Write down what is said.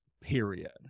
period